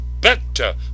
better